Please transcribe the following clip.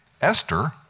Esther